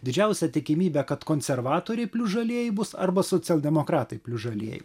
didžiausia tikimybė kad konservatoriai plius žalieji bus arba socialdemokratai plius žalieji